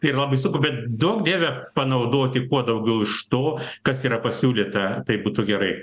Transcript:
yra labai sunku bet duok dieve panaudoti kuo daugiau iš to kas yra pasiūlyta tai būtų gerai